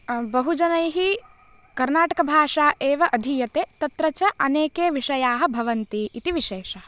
बहुजनैः कर्णाटकभाषा एव अधीयते तत्र च अनेके विषयाः भवन्ति इति विशेषः